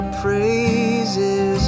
praises